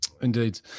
indeed